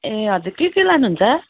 ए हजुर के के लानुहुन्छ